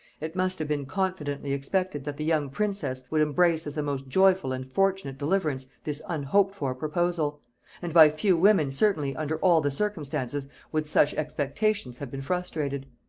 it must have been confidently expected that the young princess would embrace as a most joyful and fortunate deliverance this unhoped-for proposal and by few women, certainly, under all the circumstances, would such expectations have been frustrated.